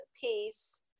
piece